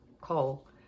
call